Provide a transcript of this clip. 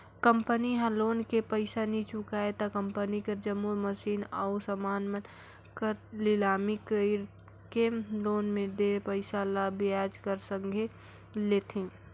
company ह loan के पइसा नी चुकाय त कंपनी कर जम्मो मसीन अउ समान मन कर लिलामी कइरके लोन में देय पइसा ल बियाज कर संघे लेथे